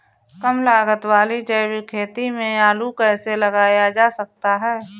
कम लागत वाली जैविक खेती में आलू कैसे लगाया जा सकता है?